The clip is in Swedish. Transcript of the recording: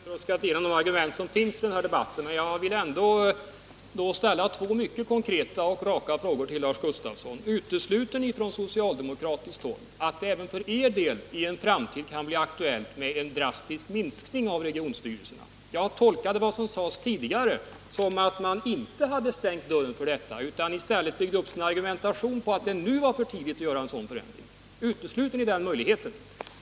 Herr talman! Vi hari stort sett tröskat igenom de argument som finns. men jag vill ändå ställa två mycket konkreta och raka frågor till Lars Gustafsson: För det första: Utesluter ni från socialdemokratiskt håll att det även för er del i en framtid kan bli aktuellt att överväga en drastisk minskning av regionsstyrelserna? Jag tolkade det som sades tidigare som att man inte hade stängt dörren för detta utan i stället byggde upp argumentationen på att det var för tidigt att nu göra en sådan förändring.